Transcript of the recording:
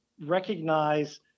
recognize